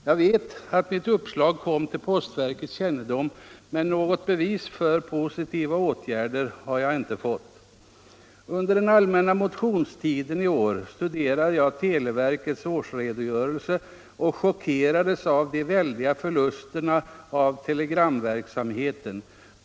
Jag vet att mitt uppslag kom till postverkets kännedom, men något bevis för positiva åtgärder har jag inte fått. Under den allmänna motionstiden i år studerade jag televerkets årsredogörelse och chockerades av de väldiga förlusterna på telegramverksamheten.